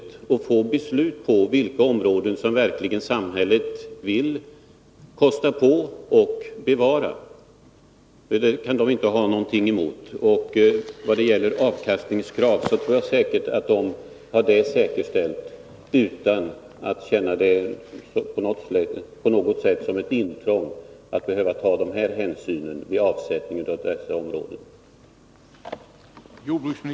Man får därmed beslut på vilka områden som samhället verkligen vill satsa på för att bevara. Domänverket behöver inte känna det som ett intrång att man skall sätta av dessa områden.